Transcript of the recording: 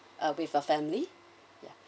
ah with uh family